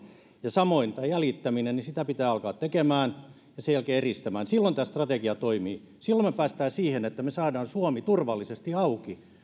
samoin tämä jäljittäminen sitä pitää alkaa tekemään ja sen jälkeen eristämään silloin tämä strategia toimii silloin me pääsemme siihen että me saamme suomen turvallisesti auki